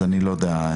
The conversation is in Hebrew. אז אני לא יודע,